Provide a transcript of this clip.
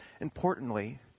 importantly